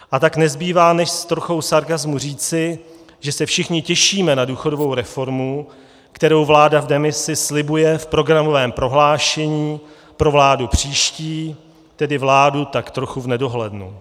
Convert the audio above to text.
A tak nezbývá než s trochou sarkasmu říci, že se všichni těšíme na důchodovou reformu, kterou vláda v demisi slibuje v programovém prohlášení pro vládu příští, tedy vládu tak trochu v nedohlednu.